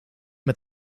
met